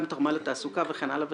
גם תרמה לתעסוקה וכן הלאה,